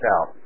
out